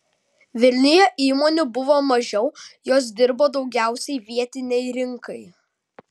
vilniuje įmonių buvo mažiau jos dirbo daugiausiai vietinei rinkai